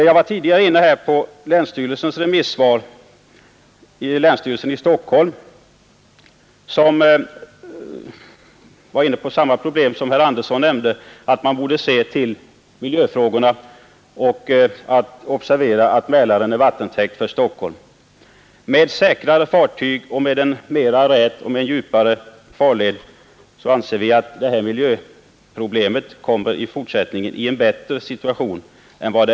Jag har tidigare nämnt länsstyrelsens i Stockholm remissvar som tar upp samma problem som herr Andersson nämnde, nämligen att man borde se till miljöfrågorna och observera att Mälaren är vattentäkt för Stockholm. Med säkrare fartyg och med mera rät och djupare farled anser vi att detta miljöproblem i fortsättningen kommer i en bättre situation än för närvarande.